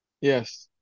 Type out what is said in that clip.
Yes